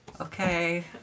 Okay